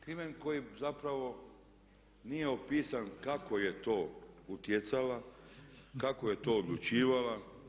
Krimen koji zapravo nije opisan kako je to utjecala, kako je to odlučivala.